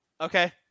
Okay